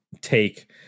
take